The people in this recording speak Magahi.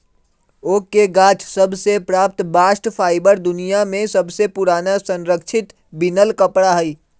ओक के गाछ सभ से प्राप्त बास्ट फाइबर दुनिया में सबसे पुरान संरक्षित बिनल कपड़ा हइ